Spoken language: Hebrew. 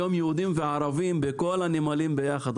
היום יהודים וערבים בכל הנמלים ביחד,